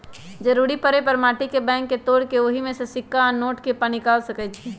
जरूरी परे पर माटी के बैंक के तोड़ कऽ ओहि में से सिक्का आ नोट के पनिकाल सकै छी